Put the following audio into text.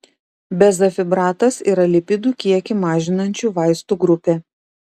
bezafibratas yra lipidų kiekį mažinančių vaistų grupė